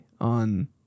on